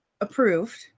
approved